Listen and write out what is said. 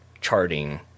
charting